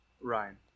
Ryan